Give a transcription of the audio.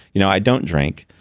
you know i don't drink,